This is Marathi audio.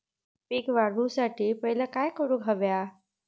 पीक वाढवुसाठी पहिला काय करूक हव्या?